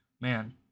man